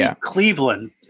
Cleveland